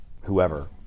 whoever